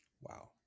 Wow